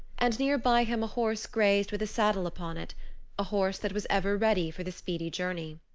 and near by him a horse grazed with a saddle upon it a horse that was ever ready for the speedy journey.